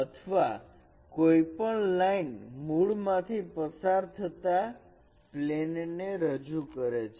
અથવા કોઈપણ લાઇન મૂળ માંથી પસાર થતા પ્લેન ને રજૂ કરે છે